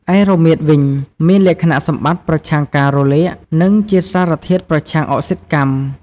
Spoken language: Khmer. ឯរមៀតវិញ មានលក្ខណៈសម្បត្តិប្រឆាំងការរលាក និងជាសារធាតុប្រឆាំងអុកស៊ីតកម្ម។